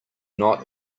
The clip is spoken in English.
not